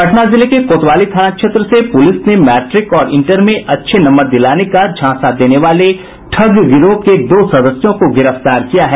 पटना जिले के कोतवाली थाना क्षेत्र से पुलिस ने मैट्रिक और इंटर में अच्छे नंबर दिलाने का झांसा देने वाले ठग गिरोह के दो सदस्यों को गिरफ्तार किया है